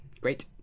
great